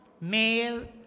male